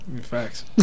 Facts